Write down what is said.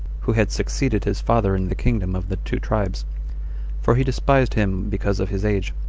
who had succeeded his father in the kingdom of the two tribes for he despised him because of his age.